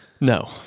No